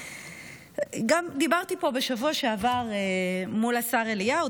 גם דיברתי פה בשבוע שעבר מול השר אליהו,